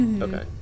Okay